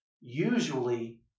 Usually